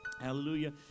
Hallelujah